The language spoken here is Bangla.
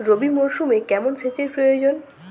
রবি মরশুমে কেমন সেচের প্রয়োজন?